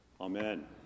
Amen